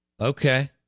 Okay